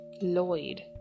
Lloyd